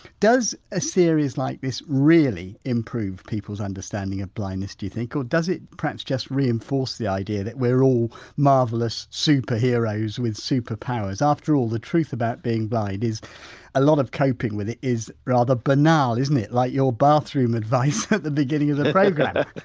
does a series like this really improve people's understanding of blindness do you think or does it perhaps just reinforce the idea that we're all marvellous superheroes with superpowers? after all, the truth about being blind is a lot of coping with it is rather banal, isn't it, like your bathroom advice at the beginning of the programme? but